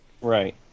Right